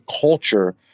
culture